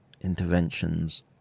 interventions